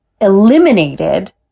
eliminated